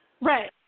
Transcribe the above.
Right